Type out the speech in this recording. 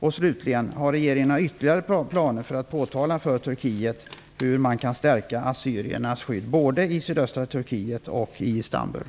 Har slutligen regeringen några ytterligare planer för att påtala för Turkiet hur man kan stärka assyriernas skydd, både i sydöstra Turkiet och i Istanbul?